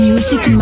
Music